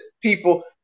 people